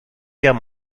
guerre